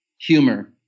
humor